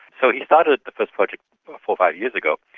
so he started the first project four or five years ago,